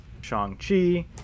Shang-Chi